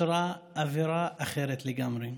משרה אווירה אחרת לגמרי.